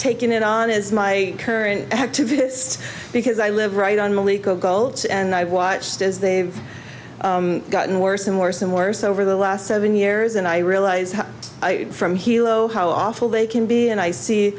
taken it on is my current activists because i live right on the leak of cults and i've watched as they've gotten worse and worse and worse over the last seven years and i realize from hilo how awful they can be and i see